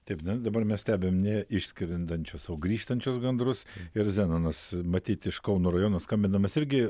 taip na dabar mes stebim ne išskrendančius o grįžtančius gandrus ir zenonas matyt iš kauno rajono skambindamas irgi